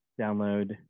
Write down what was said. download